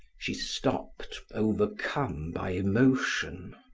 she stopped, overcome by emotion.